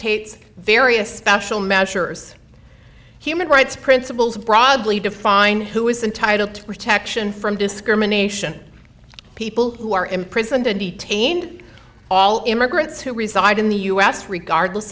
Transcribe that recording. tates various special measures human rights principles broadly define who is entitled to protection from discrimination people who are imprisoned and detained all immigrants who reside in the us regardless